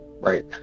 Right